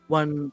one